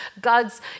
God's